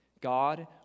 God